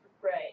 Right